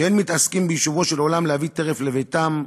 שאין מתעסקים ביישובו של עולם להביא טרף לביתם,